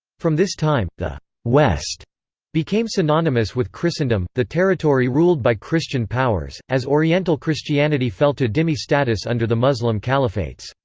from this time, the west became synonymous with christendom, the territory ruled by christian powers, as oriental christianity fell to dhimmi status under the muslim caliphates.